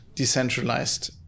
Decentralized